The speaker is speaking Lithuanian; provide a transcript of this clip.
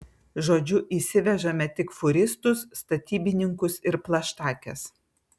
žodžiu įsivežame tik fūristus statybininkus ir plaštakes